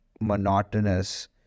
monotonous